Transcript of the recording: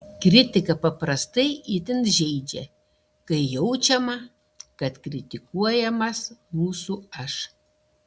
kritika paprastai itin žeidžia kai jaučiama kad kritikuojamas mūsų aš